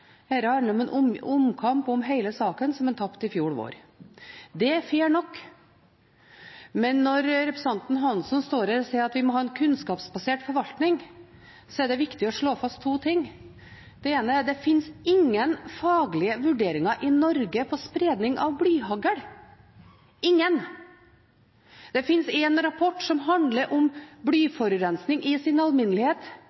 Dette handler om en omkamp om hele saken, som en tapte i fjor vår. Det er fair nok. Men når representanten Hansson står her og sier at vi må ha en kunnskapsbasert forvaltning, er det viktig å slå fast to ting. Det ene er at det finnes ingen faglige vurderinger i Norge om spredning av blyhagl – ingen! Det finnes én rapport som handler om